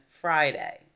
Friday